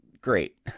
great